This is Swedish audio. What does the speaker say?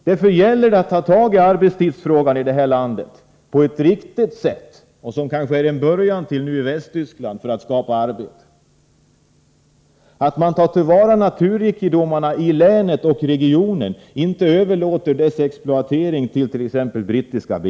Därför gäller det att ta tag i arbetstidsfrågan på ett riktigt sätt — vi ser kanske en början till det nu i Västtyskland. Därför gäller det att ta till vara naturrikedomarna i länet och regionen och inte överlåta deras exploatering till exempelvis brittiska BP.